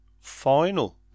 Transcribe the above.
final